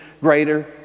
greater